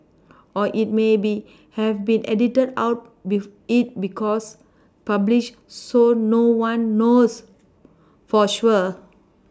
or it may be have been edited out be it was published so no one knows for sure